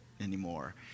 anymore